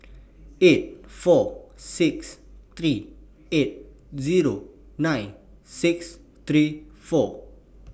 eight four six three eight Zero nine six three four